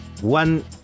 one